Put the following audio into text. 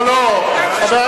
קושיות לפסח?